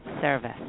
service